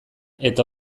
eta